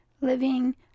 living